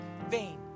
vain